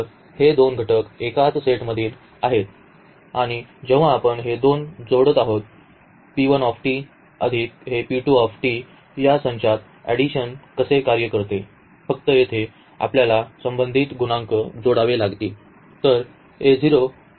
तर हे दोन घटक एकाच सेटमधील आहेत आणि जेव्हा आपण हे दोन जोडत आहोत अधिक हे या संचात एडिशन कसे कार्य करते फक्त येथे आपल्याला संबंधित गुणांक जोडावे लागतील